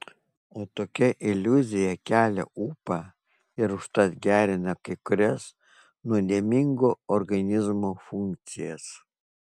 o tokia iliuzija kelia ūpą ir užtat gerina kai kurias nuodėmingo organizmo funkcijas